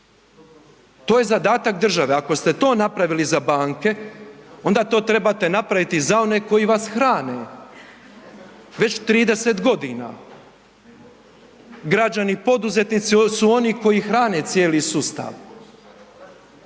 To je zadatak države. Ako ste to napravili za banke onda to trebate napraviti i za one koji vas hrane. Već 30.g. građani poduzetnici su oni koji hrane cijeli sustav.